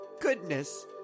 goodness